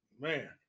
Man